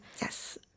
Yes